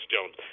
Jones